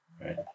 right